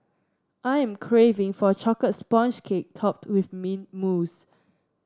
I am craving for a chocolate sponge cake topped with mint mousse